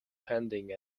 pending